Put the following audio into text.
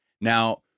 Now